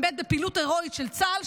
באמת בפעילות הירואית של צה"ל,